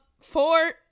Four